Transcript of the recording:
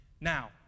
Now